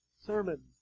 sermon